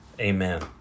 Amen